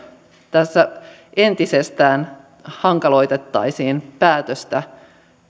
tässä entisestään hankaloitettaisiin päätöstä